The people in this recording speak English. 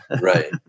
Right